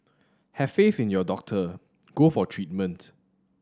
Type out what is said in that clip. have faith in your doctor go for treatment